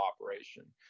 operation